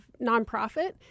nonprofit